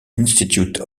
institute